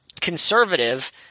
conservative